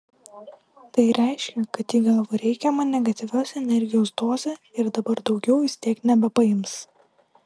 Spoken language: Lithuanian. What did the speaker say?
tai reiškia kad ji gavo reikiamą negatyvios energijos dozę ir dabar daugiau vis tiek nebepaims